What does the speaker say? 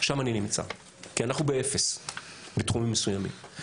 שם אני נמצא כי אנחנו באפס בתחומים מסוימים.